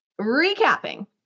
recapping